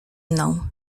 mną